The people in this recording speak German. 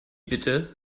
bitte